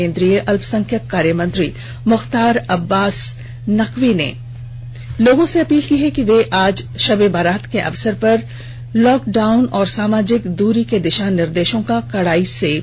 केन्द्रीय अल्पसंख्यक कार्य मंत्री मुख्तार अब्बास नकवी ने लोगों से अपील की कि वे आज शबे बारात के अवसर पर लॉकडाउन और सामाजिक दूरी के दिशा निर्देशों का कड़ाई और ईमानदारी से पालन करें